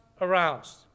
aroused